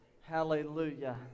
Hallelujah